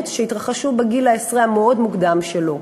שהתרחשו בגיל העשרה המאוד-מוקדם שלו.